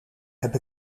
heb